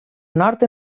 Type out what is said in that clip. nord